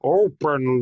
open